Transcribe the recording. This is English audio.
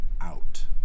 out